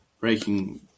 breaking